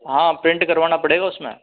हाँ प्रिंट करवाना पड़ेगा उसमें